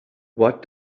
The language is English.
what